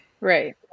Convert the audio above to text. Right